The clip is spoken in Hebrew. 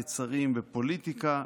יצרים ופוליטיקה,